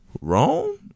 wrong